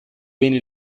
bene